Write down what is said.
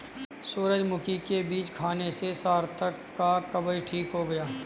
सूरजमुखी के बीज खाने से सार्थक का कब्ज ठीक हो गया